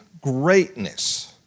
greatness